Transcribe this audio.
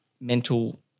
mental